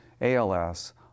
ALS